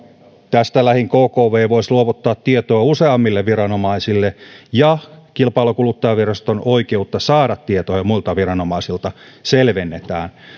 tästä lähin kkv voisi luovuttaa tietoa useammille viranomaisille ja kilpailu ja kuluttajaviraston oikeutta saada tietoja muilta viranomaisilta selvennetään